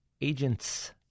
agents